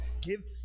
give